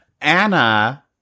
Anna